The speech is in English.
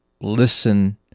listen